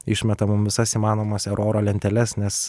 išmetam mum visas įmanomas eroro lenteles nes